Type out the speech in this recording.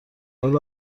حال